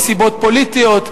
מסיבות פוליטיות,